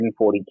140